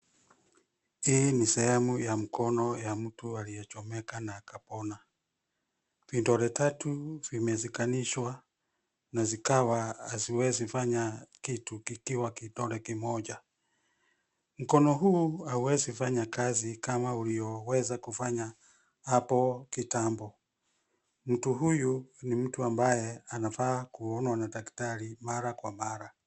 Hii ni sehemu ya mkono ya mtu aliyechomeka na akapona. Vidole tatu vimeshikanishwa na zikawa haziwezi fanya kitu kikiwa kidole kimoja. Mkono huu hauwezi kufanya kazi kama ulioweza kufanya hapo kitambo. Mtu huyu ni mtu ambaye anafaa kuonwa na daktari mara kwa mara.